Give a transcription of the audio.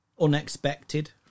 unexpected